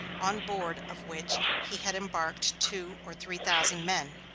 on board of which he had embarked two or three thousand men.